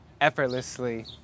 effortlessly